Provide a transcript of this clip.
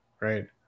right